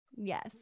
Yes